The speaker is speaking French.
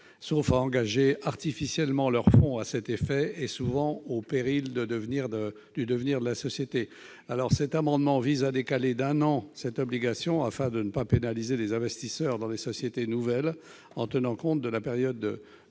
sauf à engager artificiellement leurs fonds à cet effet, et souvent au péril du devenir de la société. Cet amendement vise à décaler d'un an cette obligation afin de ne pas pénaliser les investisseurs dans les sociétés nouvelles, en tenant compte de la période d'au